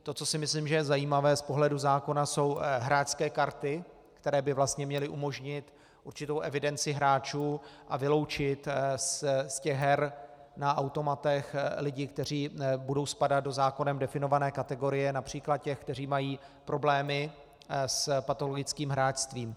To, co si myslím, že je zajímavé z pohledu zákona, jsou hráčské karty, které by vlastně měly umožnit určitou evidenci hráčů a vyloučit z her na automatech lidi, kteří budou spadat do zákonem definované kategorie, např. těch, kteří mají problémy s patologickým hráčstvím.